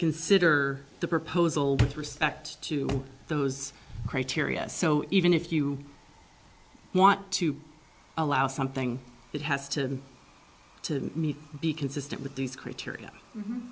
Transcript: consider the proposal with respect to those criteria so even if you want to allow something that has to to meet be consistent with these criteria